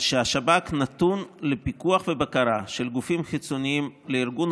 השב"כ נתון לפיקוח ולבקרה של גופים חיצוניים לארגון,